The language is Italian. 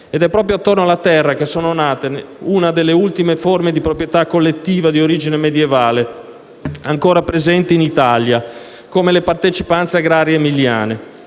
Ed è proprio attorno alla terra che è nata una delle ultime forme di proprietà collettiva di origine medievale ancora presenti in Italia come le partecipanze agrarie emiliane.